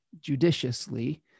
judiciously